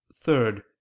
Third